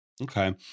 Okay